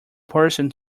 person